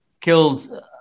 killed